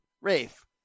Rafe